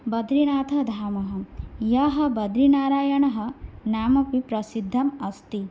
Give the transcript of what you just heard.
बद्रिनाथधाम यः बद्रिनारायणनाम्नापि प्रसिद्धम् अस्ति